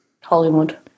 Hollywood